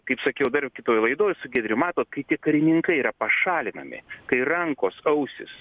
kaip sakiau dar kitoj laidoj su giedriu matot kai tik karininkai yra pašalinami kai rankos ausys